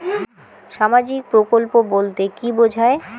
সামাজিক প্রকল্প বলতে কি বোঝায়?